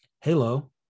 Halo